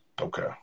Okay